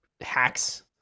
hacks